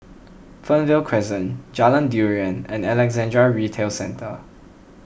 Fernvale Crescent Jalan Durian and Alexandra Retail Centre